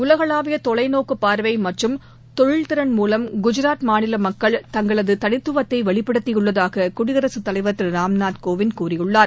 உலகளாவிய தொலைநோக்குப் பார்வை மற்றும் தொழில் திறன் மூலம் குஜராத் மாநில மக்கள் தங்களது தனித்துவத்தை வெளிப்படுத்தியுள்ளதாக குடியரகத் தலைவர் திரு ராம்நாத் கோவிந்த் கூறியுள்ளார்